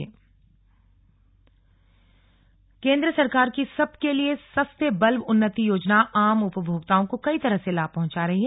slug उन्नति योजना केंद्र सरकार की सबके लिए सस्ते बल्ब उन्नति योजना आम उपभोक्ताओं को कई तरह से लाभ पहुंचा रही है